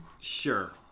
Sure